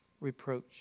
reproach